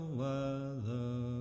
weather